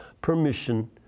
permission